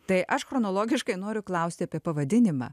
tai aš chronologiškai noriu klausti apie pavadinimą